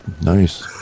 Nice